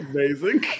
Amazing